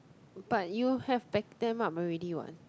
but you have backed them up already what